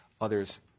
Others